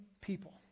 people